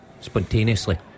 spontaneously